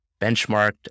benchmarked